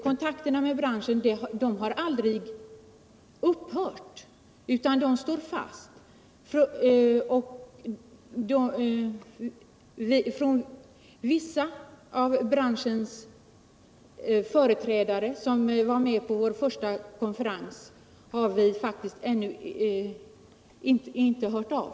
Kontakterna med branschen har aldrig upphört, utan vår inbjudan står fast. Men vissa av branschens företrädare, som var med på vår första konferens, har vi faktiskt ännu inte hört av.